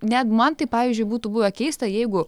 net man tai pavyzdžiui būtų buvę keista jeigu